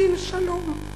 שים שלום,